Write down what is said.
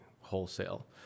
wholesale